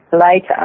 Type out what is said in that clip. later